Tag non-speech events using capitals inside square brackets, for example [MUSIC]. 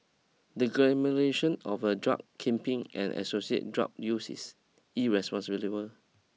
the [UNINTELLIGIBLE] of a drug kingpin and associated drug use is [UNINTELLIGIBLE]